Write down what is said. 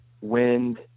wind